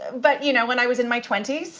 but you know when i was in my twenty s,